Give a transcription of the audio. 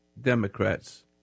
Democrats